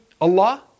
Allah